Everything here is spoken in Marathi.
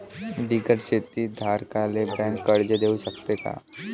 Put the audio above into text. बिगर शेती धारकाले बँक कर्ज देऊ शकते का?